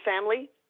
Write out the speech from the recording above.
family